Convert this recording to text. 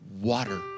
Water